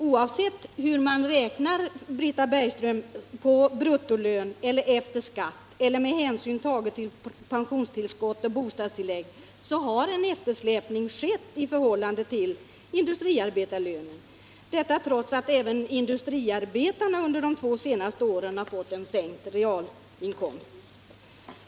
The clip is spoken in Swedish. Oavsett hur man räknar, Britta Bergström — på bruttolön, efter skatt eller med hänsyn tagen till pensionstillskott och bostadstillägg — så har en eftersläpning skett i förhållande till industriarbetarlönen. Detta trots att även industriarbetarna under de två senaste åren fått en sänkt reallön.